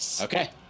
Okay